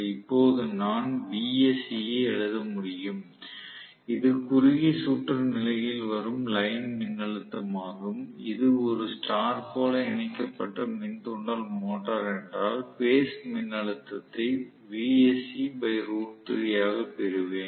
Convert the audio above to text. இப்போது நான் Vsc ஐ எழுத முடியும் இது குறுகிய சுற்று நிலையில் வரும் லைன் மின்னழுத்தமாகும் இது ஒரு ஸ்டார் போல இணைக்கப்பட்ட மின் தூண்டல் மோட்டார் என்றால் பேஸ் மின்னழுத்தத்தை ஆக பெறுவேன்